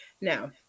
Now